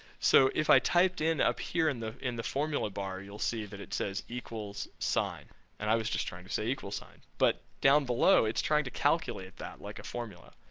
so, if i typed in up here in the in the formula bar, you'll see that it says sign and i was just trying to say equal sign, but down below, it's trying to calculate that like a formula.